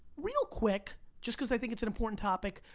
real quick just cause i think it's an important topic,